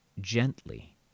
gently